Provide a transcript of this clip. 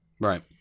Right